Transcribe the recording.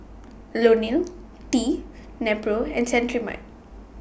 Ionil T Nepro and Cetrimide